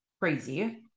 crazy